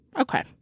Okay